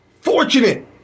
fortunate